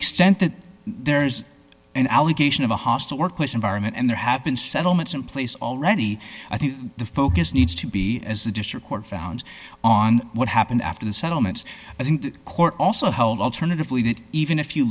that there is an allegation of a hostile work environment and there have been settlements in place already i think the focus needs to be as the district court found on what happened after the settlements i think the court also held alternatively that even if you